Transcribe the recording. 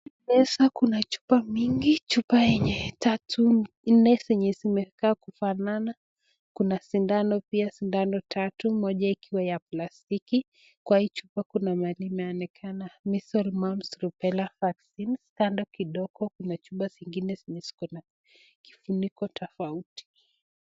Kwa meza kuna chupa mingi, chupa yenye nne zenye zimekaa kufanana, kuna sindano pia ,sindano tatu ,moja ikiwa ya plastiki, kwa hii chupa kuna mahali imeonekana measles ,mumps, rubella vaccines kando kidogo kuna chupa zingine zenye ziko na kifuniko tofauti.